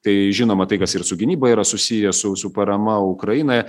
tai žinoma tai kas ir su gynyba yra susiję su su parama ukrainai